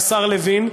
השר לוין,